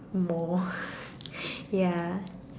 more ya